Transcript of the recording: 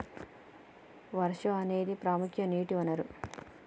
వర్షం అనేదిప్రముఖ నీటి వనరు